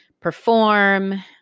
perform